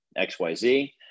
XYZ